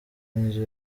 nzu